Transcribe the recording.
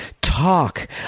talk